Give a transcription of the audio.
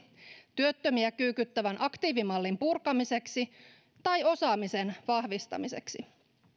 työttömiä kyykyttävän aktiivimallin purkamiseksi tai osaamisen vahvistamiseksi